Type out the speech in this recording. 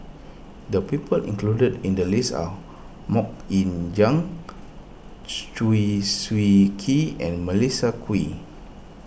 the people included in the list are Mok Ying Jang Chew Swee Kee and Melissa Kwee